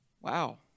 Wow